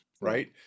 right